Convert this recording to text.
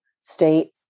state